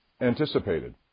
anticipated